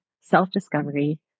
self-discovery